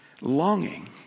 longing